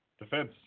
defense